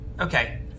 Okay